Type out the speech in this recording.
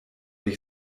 ich